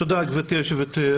תודה, גברתי היושבת-ראש,